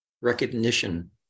recognition